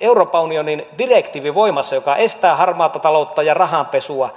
euroopan unionin direktiivi voimassa joka estää harmaata taloutta ja rahanpesua